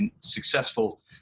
successful